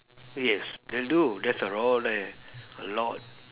yes they do there's a raw leh a lot